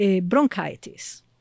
bronchitis